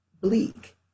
bleak